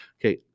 Okay